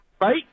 right